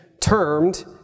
termed